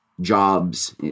jobs